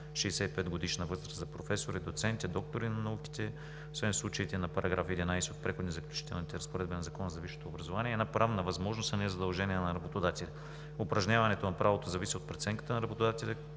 65-годишна възраст за професори, доценти, доктори на науките, освен в случаите на § 11 от Преходните и заключителни разпоредби на Закона за висшето образование, е една правна възможност, а не е задължение на работодателите. Упражняването на правото зависи от преценката на работодателя,